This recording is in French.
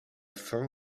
fin